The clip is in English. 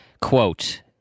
Quote